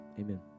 Amen